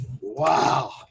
Wow